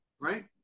right